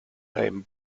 name